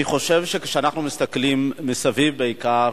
אני חושב שכשאנחנו מסתכלים, מסביב בעיקר,